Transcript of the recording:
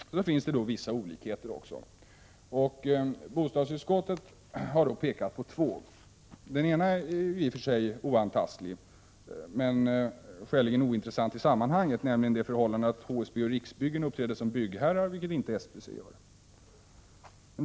Därutöver finns det också vissa olikheter. Bostadsutskottet har pekat på två. Den ena är i och för sig oantastlig men i sammanhanget skäligen ointressant. Det är det förhållandet att HSB och Riksbyggen uppträder som byggherrar, vilket inte SBC gör.